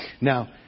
Now